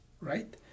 right